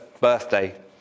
birthday